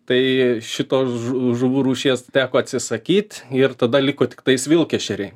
tai šitos žuvų rūšies teko atsisakyt ir tada liko tiktais vilkešeriai